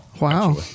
Wow